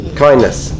kindness